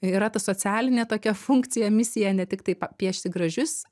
yra ta socialinė tokia funkcija misija ne tiktai pa piešti gražius